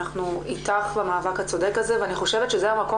אנחנו איתך במאבק הצודק הזה ואני חושבת שזה המקום